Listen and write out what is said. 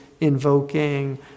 invoking